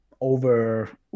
over